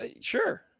sure